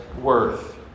worth